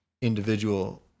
individual